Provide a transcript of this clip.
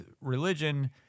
religion—